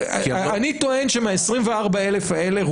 אני טוען שמ-24,000 האלה,